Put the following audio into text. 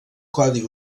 codi